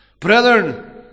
Brethren